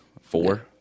four